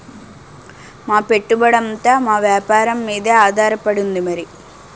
మా పెట్టుబడంతా మా వేపారం మీదే ఆధారపడి ఉంది మరి